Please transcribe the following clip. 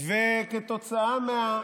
לא ידענו.